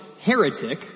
heretic